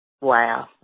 Wow